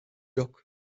yok